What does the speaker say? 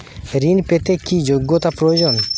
ঋণ পেতে কি যোগ্যতা প্রয়োজন?